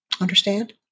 understand